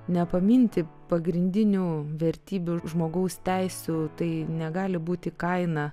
nepaminti pagrindinių vertybių žmogaus teisių tai negali būti kaina